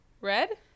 Red